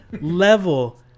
level